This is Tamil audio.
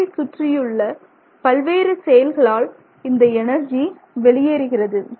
அமைப்பை சுற்றியுள்ள பல்வேறு செயல்களால் இந்த எனர்ஜி வெளியேறுகிறது